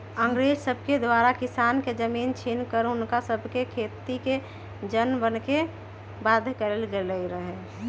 अंग्रेज सभके द्वारा किसान के जमीन छीन कऽ हुनका सभके खेतिके जन बने के बाध्य कएल गेल रहै